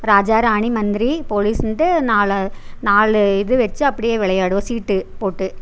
ராஜா ராணி மந்திரி போலிஸ்ன்ட்டு நாலு நாலு இது வச்சி அப்படியே விளையாடுவோம் சீட்டு போட்டு